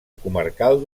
comarcal